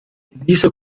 dieser